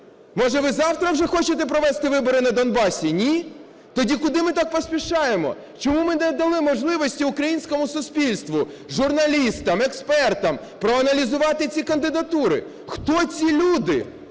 Може, ви завтра вже хочете провести вибори на Донбасі, ні? Тоді куди ми так поспішаємо? Чому ми не дали можливості українському суспільству, журналістам, експертам проаналізувати ці кандидатури? Хто ці люди?